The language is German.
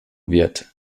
wird